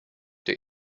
der